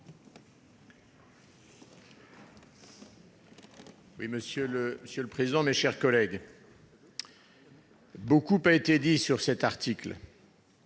Monsieur le président, mes chers collègues, beaucoup a été dit sur cet article,